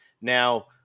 Now